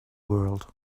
world